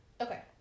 Okay